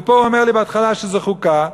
והוא אומר לי בהתחלה שזה חוקה.